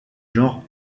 genre